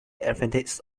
advantage